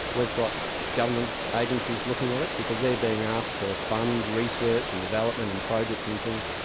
we've got government agencies looking at it because they're being asked to fund research and development and projects and things,